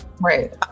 Right